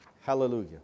hallelujah